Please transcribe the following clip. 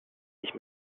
ich